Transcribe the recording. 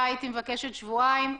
מבקשת שבועיים,